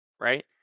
Right